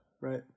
right